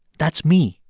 that's me,